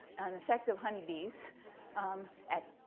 an effective honeybees um at,